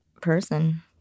person